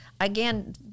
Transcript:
Again